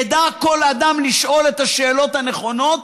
ידע כל אדם לשאול את השאלות הנכונות: